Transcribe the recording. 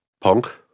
Punk